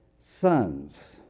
Sons